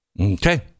Okay